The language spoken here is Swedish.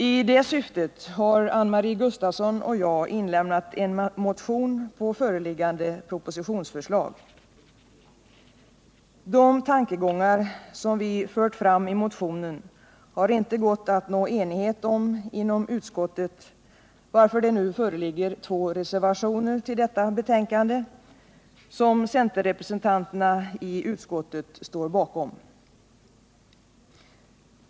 I det syftet har Anne-Marie Gustafsson och jag inlämnat en motion med anledning av föreliggande propositionsförslag. De tankegångar som vi fört fram i motionen har det inte gått att nå enighet om inom utskottet, varför det nu föreligger två reservationer till detta betänkande som centerrepresentanterna i utskottet står bakom.